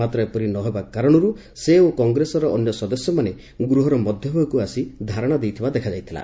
ମାତ୍ର ଏପରି ନ ହେବା କାରଣରୁ ସେ ଓ କଂଗ୍ରେସର ଅନ୍ୟ ସଦସ୍ୟମାନେ ଗୃହର ମଧ୍ୟ ଭାଗକୁ ଆସି ଧାରଶା ଦେଇଥିବାର ଦେଖା ଯାଇଥିଲା